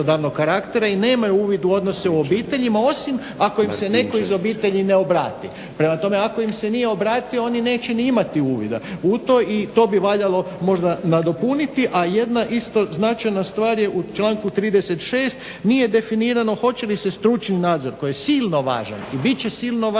i nemaju uvid u odnose u obiteljima osim ako im se netko iz obitelji ne obrati. Prema tome ako im se nije obratio oni neće ni imati uvida. I to bi valjalo možda nadopuniti. A jedna isto značajna stvar je u članku 36.nije definirano hoće li se stručni nadzor koji je silno važan i bit će silno važan